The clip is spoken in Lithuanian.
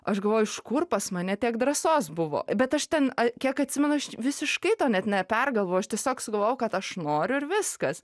aš galvoju iš kur pas mane tiek drąsos buvo bet aš ten kiek atsimenu aš visiškai to net nepergalvojau aš tiesiog sugalvojau kad aš noriu ir viskas